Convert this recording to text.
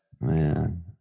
Man